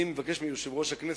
אני מבקש מיושב-ראש הכנסת,